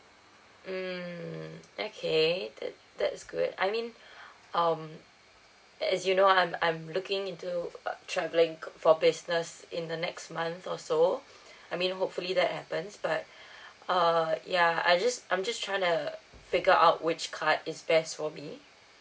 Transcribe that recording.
mm okay that that's good I mean um as you know I'm I'm looking into uh travelling for business in the next month or so I mean hopefully that happens but err ya I just I'm just trying to figure out which card is best for me